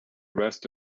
rest